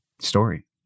story